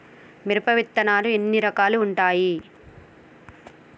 మిరప విత్తనాలు ఎన్ని రకాలు ఉంటాయి?